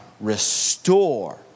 restore